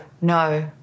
no